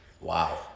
Wow